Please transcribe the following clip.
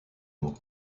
mots